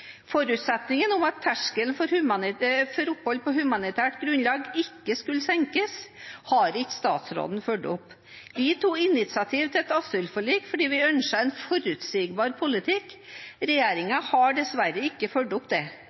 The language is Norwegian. Forutsetningen om at terskelen for opphold på humanitært grunnlag ikke skulle senkes, har ikke statsråden fulgt opp. Vi tok initiativ til et asylforlik fordi vi ønsker en forutsigbar politikk. Regjeringen har dessverre ikke fulgt opp det.